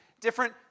different